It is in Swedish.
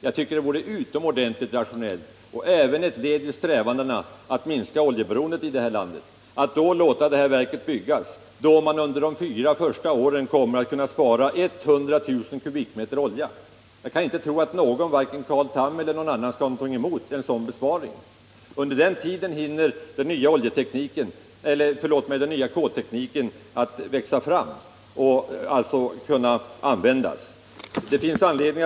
Jag tycker det vore utomordentligt rationellt — och även ett led i strävandena att minska oljeberoendet i det här landet — att bygga det här verket, varigenom man under de fyra första åren kommer att kunna spara 100 000 kubikmeter olja. Jag kan inte tro att någon — vare sig Carl Tham eller någon annan — kan ha någonting emot en sådan besparing. Under den tiden hinner dessutom den nya koltekniken växa fram för att alltså kunna användas i det konverterade verket.